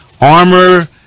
armor